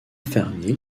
fermiers